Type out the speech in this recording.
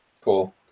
cool